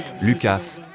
Lucas